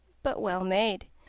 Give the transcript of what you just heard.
but well made,